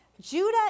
Judah